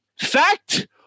Fact